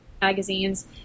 magazines